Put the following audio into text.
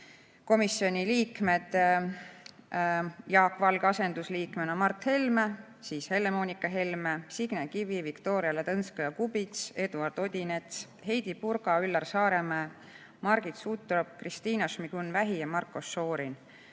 komisjoni liikmed: Jaak Valge asendusliikmena Mart Helme, Helle-Moonika Helme, Signe Kivi, Viktoria Ladõnskaja‑Kubits, Eduard Odinets, Heidy Purga, Üllar Saaremäe, Margit Sutrop, Kristina Šmigun-Vähi ja Marko Šorin.